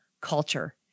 culture